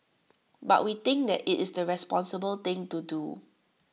but we think that IT is the responsible thing to do